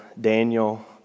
Daniel